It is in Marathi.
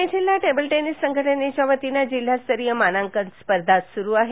पुणे जिल्हा टेबल टेनिस संघटनेच्यावतीनं जिल्हास्तरीय मानांकन स्पर्धा सुरु आहेत